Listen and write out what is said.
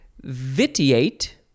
Vitiate